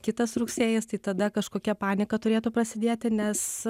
kitas rugsėjis tai tada kažkokia panika turėtų prasidėti nes